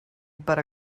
but